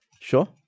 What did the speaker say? Sure